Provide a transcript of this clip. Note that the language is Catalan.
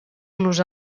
nos